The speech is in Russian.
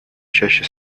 чаще